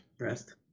rest